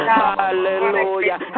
hallelujah